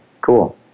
cool